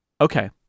okay